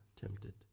tempted